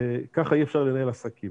כך אי אפשר לנהל עסקים.